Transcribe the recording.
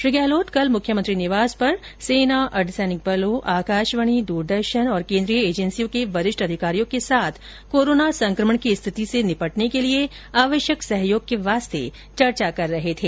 श्री गहलोत कल मुख्यमंत्री निवास पर सेना अर्द्वसैनिक बलों आकाशवाणी दूरदर्शन और केन्द्रीय एजेन्सियों के वरिष्ठ अधिकारियों के साथ कोरोना संकमण की स्थिति से निपटने के लिए आवश्यक सहयोग के वास्ते चर्चा कर रहे थे